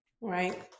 Right